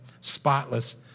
spotless